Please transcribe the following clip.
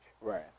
right